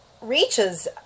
reaches